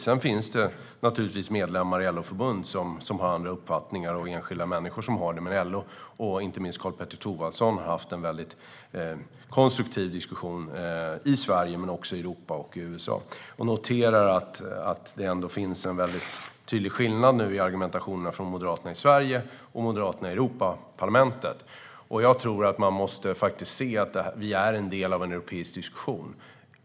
Det finns naturligtvis medlemmar i LO-förbund liksom enskilda människor som har andra uppfattningar, men LO och inte minst Karl-Petter Thorwaldsson har haft en väldigt konstruktiv diskussion i Sverige men också i Europa och USA. Jag noterar att det finns en tydlig skillnad i argumentationen hos Moderaterna i Sverige och Moderaterna i Europaparlamentet. Jag tror att man måste se att vi är en del av en europeisk diskussion.